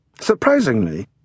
Surprisingly